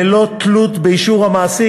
ללא תלות באישור המעסיק,